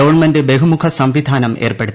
government ബഹുമുഖ സംവിധാനം ഏർപ്പെടുത്തി